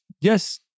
Yes